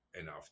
enough